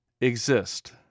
exist